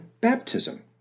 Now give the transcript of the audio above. baptism